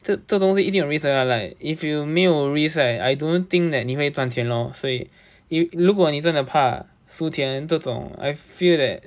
这这东西一定有 risk 的吗 like if you 没有 risk right I don't think that 你会赚钱 lor 所以如果你真的怕输钱这种 I feel that